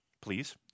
Please